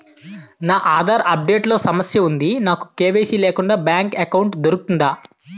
నా Aadhaar update లో సమస్య వుంది నాకు కే.వై.సీ లేకుండా బ్యాంక్ ఎకౌంట్దొ రుకుతుందా?